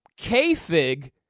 KFIG